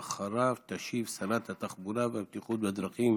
ואחריו תשיב שרת התחבורה והבטיחות בדרכים,